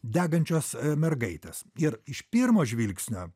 degančios mergaitės ir iš pirmo žvilgsnio